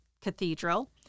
cathedral